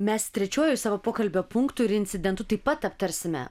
mes trečiuoju savo pokalbio punktu ir incidentu taip pat aptarsime